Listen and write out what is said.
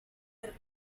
del